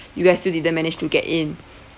you guys still didn't manage to get in